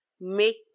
make